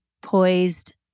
poised